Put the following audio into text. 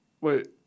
Wait